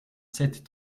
sept